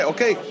Okay